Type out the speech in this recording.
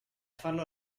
farlo